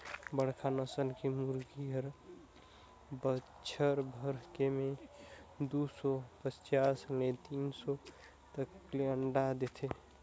बड़खा नसल के मुरगी हर बच्छर भर में दू सौ पचास ले तीन सौ तक ले अंडा देथे